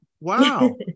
Wow